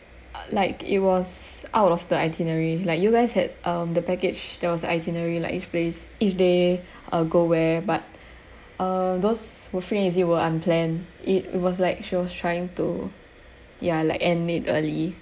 like it was out of the itinerary like you guys had um the package that was the itinerary like each place each day uh go where but uh those were free and easy were unplanned it was like she was trying to ya like end it early